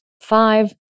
five